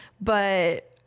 but-